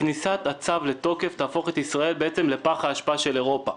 כניסת הצו לתוקף תהפוך את ישראל בעצם לפח האשפה של אירופה.